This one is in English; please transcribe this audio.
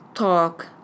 talk